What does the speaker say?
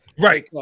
Right